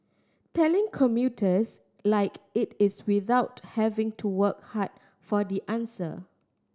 telling commuters like it is without having to work hard for the answer